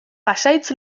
pasahitz